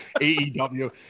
AEW